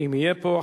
אם יהיה פה.